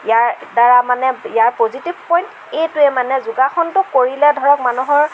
ইয়াৰ দ্বাৰা মানে ইয়াৰ পজিটিভ পইণ্ট এইটোৱেই মানে যোগাসনটো কৰিলে ধৰক মানুহৰ